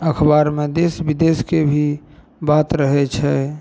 अखबारमे देश बिदेशके भी बात रहै छै